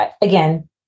again